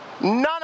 None